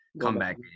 comeback